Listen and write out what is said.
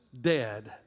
dead